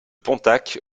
pontacq